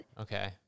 Okay